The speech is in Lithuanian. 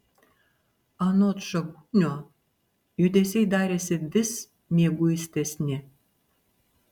anot žagunio judesiai darėsi vis mieguistesni